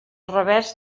revers